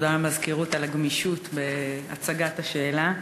ותודה למזכירות על הגמישות בהצגת השאלה.